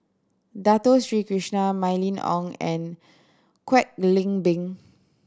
Dato Sri Krishna Mylene Ong and Kwek Leng Beng